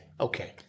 Okay